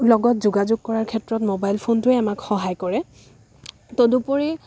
লগত যোগাযোগ কৰাৰ ক্ষেত্ৰত মোবাইল ফোনটোৱে আমাক সহায় কৰে তদুপৰি